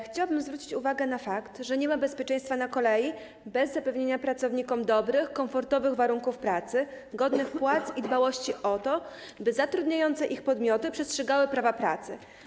Chciałabym zwrócić uwagę na fakt, że nie ma bezpieczeństwa na kolei bez zapewnienia pracownikom dobrych, komfortowych warunków pracy, godnych płac i bez dbałości o to, by zatrudniające ich podmioty przestrzegały prawa pracy.